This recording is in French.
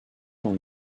dans